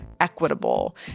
equitable